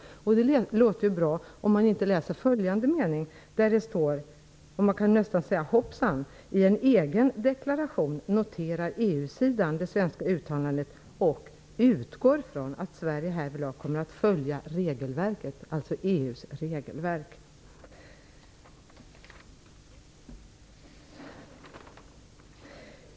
Det låter ju bra, om man inte läser en följande mening -- man kan nästan säga: Hoppsan! Där står:''I en egen deklaration noterar EU-sidan det svenska uttalandet och utgår från att Sverige härvidlag kommer att följa regelverket.'' -- dvs. Herr talman!